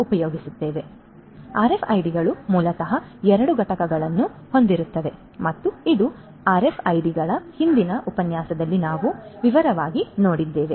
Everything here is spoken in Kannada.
ಆದ್ದರಿಂದ ಆರ್ಎಫ್ಐಡಿಗಳು ಮೂಲತಃ ಎರಡು ಘಟಕಗಳನ್ನು ಹೊಂದಿರುತ್ತವೆ ಮತ್ತು ಇದು ಆರ್ಎಫ್ಐಡಿಗಳ ಹಿಂದಿನ ಉಪನ್ಯಾಸದಲ್ಲಿ ನಾವು ವಿವರವಾಗಿ ನೋಡಿದ್ದೇವೆ